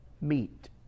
meet